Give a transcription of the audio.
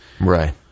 Right